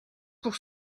pour